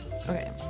Okay